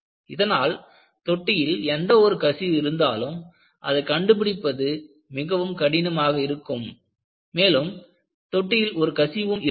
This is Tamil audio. இதனால் தொட்டியில் எந்த ஒரு கசிவு இருந்தாலும் அதைக் கண்டுபிடிப்பது மிகவும் கடினமாக இருக்கும் மேலும் தொட்டியில் ஒரு கசிவு இருந்தது